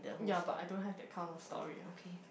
ya but I don't have that kind of story ah